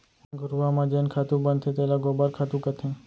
घुरूवा म जेन खातू बनथे तेला गोबर खातू कथें